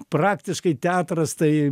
praktiškai teatras tai